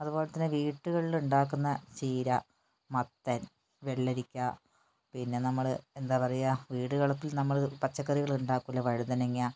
അതുപോലെത്തന്നെ വീട്ടുകളിൽ ഉണ്ടാക്കുന്ന ചീര മത്തൻ വെള്ളരിക്ക പിന്നെ നമ്മൾ എന്താ പറയുക വീട്ടുവളപ്പിൽ നമ്മൾ പച്ചക്കറികൾ ഉണ്ടാക്കില്ല വഴുതനങ്ങ